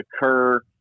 occur